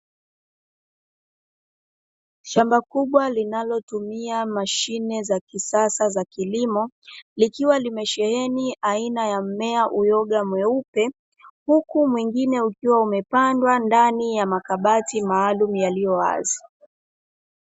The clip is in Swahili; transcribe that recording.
Shamba kubwa linalotumia mashine za kisasa za kilimo, likiwa limesheheni aina ya mmea uyoga mweupe, huku mwingine ukiwa umepandwa ndani ya makabati maalumu yaliyo wazi.